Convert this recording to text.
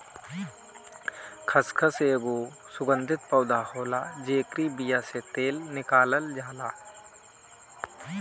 खसखस एगो सुगंधित पौधा होला जेकरी बिया से तेल निकालल जाला